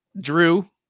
Drew